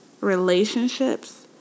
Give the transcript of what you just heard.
Relationships